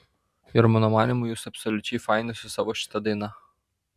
ir mano manymu jūs absoliučiai faini su savo šita daina